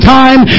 time